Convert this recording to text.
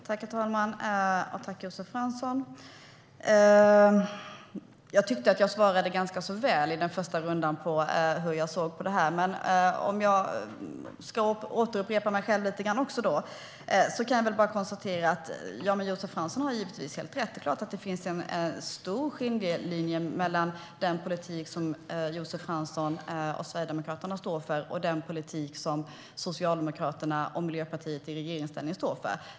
Herr talman! Tack, Josef Fransson! Jag tyckte att jag i den första rundan svarade ganska väl på hur jag såg på detta, men jag kan återupprepa mig själv lite grann. Jag kan bara konstatera att Josef Fransson givetvis har helt rätt. Det är klart att det finns en stor skiljelinje mellan den politik som Josef Fransson och Sverigedemokraterna står för och den politik som Socialdemokraterna och Miljöpartiet i regeringsställning står för.